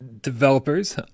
developers